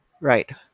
Right